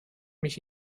mich